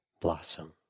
blossom